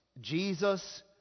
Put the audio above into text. Jesus